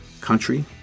country